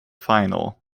final